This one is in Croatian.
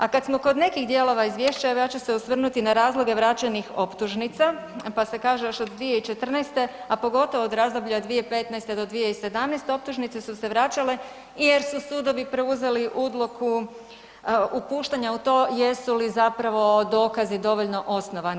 A kad smo kod nekih dijelova izvješća, evo ja ću se osvrnuti na razloge vraćenih optužnica pa se kaže još od 2014., a pogotovo od razdoblja 2015. do 2017. optužnice su se vraćale jer su sudovi preuzeli ulogu upuštanja u to jesu li zapravo dokazi dovoljno osnovani.